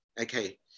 okay